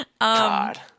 God